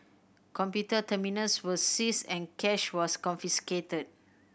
computer terminals were seized and cash was confiscated